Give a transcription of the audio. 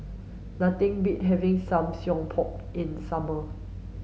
nothing beats having Samgeyopsal in the summer